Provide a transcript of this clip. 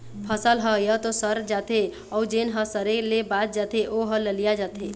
फसल ह य तो सर जाथे अउ जेन ह सरे ले बाच जाथे ओ ह ललिया जाथे